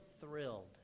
thrilled